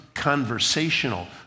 Conversational